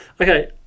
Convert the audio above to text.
Okay